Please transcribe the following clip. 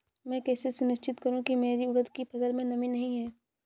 मैं कैसे सुनिश्चित करूँ की मेरी उड़द की फसल में नमी नहीं है?